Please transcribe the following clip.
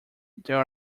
there